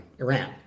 Iran